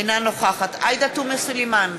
אינה נוכחת עאידה תומא סלימאן,